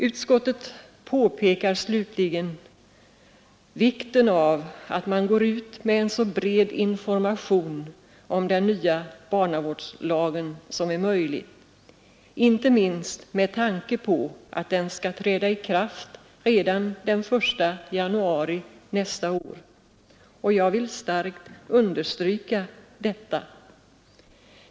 Utskottet påpekar slutligen vikten av att man går ut med en så bred information om den nya barnavårdslagen som möjligt, inte minst med tanke på att den skall träda i kraft redan den 1 januari nästa år. Jag vill starkt understryka detta.